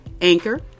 Anchor